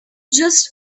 just